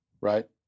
right